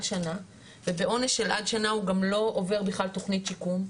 שנה ובעונש של עד שנה הוא גם לא עובר בכלל תכנית שיקום,